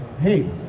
hey